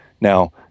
Now